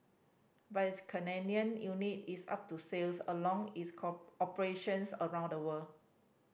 but its Canadian unit is up to sales along its co operations around the world